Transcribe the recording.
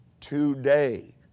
today